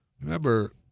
Remember